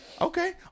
Okay